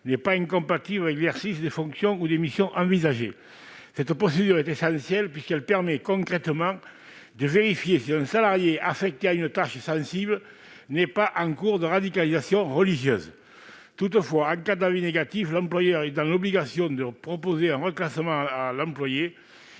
n'est pas incompatible avec l'exercice des fonctions ou des missions envisagées ». Cette procédure est essentielle, car elle permet concrètement de vérifier si un salarié affecté à une tâche sensible n'est pas en cours de radicalisation religieuse. Toutefois, en cas d'avis négatif, l'employeur est dans l'obligation de proposer un reclassement à l'employé